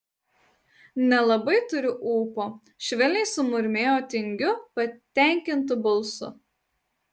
nelabai turiu ūpo švelniai sumurmėjo tingiu patenkintu balsu